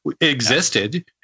existed